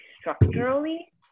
structurally